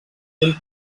d’un